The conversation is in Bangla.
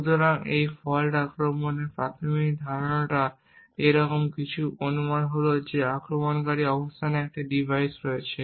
সুতরাং একটি ফল্ট আক্রমণের প্রাথমিক ধারণাটি এরকম কিছু অনুমান হল যে আক্রমণকারীর অবস্থানে একটি ডিভাইস রয়েছে